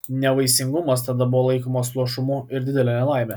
nevaisingumas tada buvo laikomas luošumu ir didele nelaime